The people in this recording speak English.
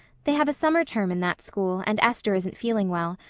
they have a summer term in that school, and esther isn't feeling well.